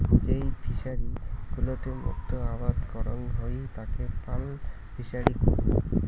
যেই ফিশারি গুলোতে মুক্ত আবাদ করাং হই তাকে পার্ল ফিসারী কুহ